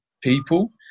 people